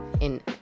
in-